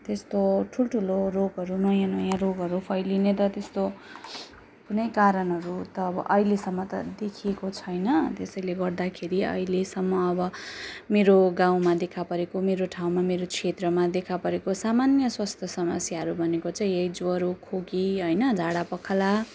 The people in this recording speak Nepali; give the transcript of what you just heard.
त्यस्तो ठुल्ठुलो रोगहरू नयाँ नयाँ रोगहरू फैलिने त त्यस्तो कुनै कारणहरू त अब अहिलेसम्म त देखिएको छैन त्यसैले गर्दाखेरि अहिलेसम्म अब मेरो गाउँमा देखापरेको मेरो ठाउँमा मेरो क्षेत्रमा देखा परेको सामान्य स्वास्थ्य समस्याहरू भनेको चाहिँ यही ज्वरो खोकी होइन झाडा पखाला